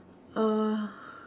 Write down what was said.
uh